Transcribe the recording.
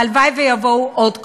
והלוואי שיבואו עוד כמוהו.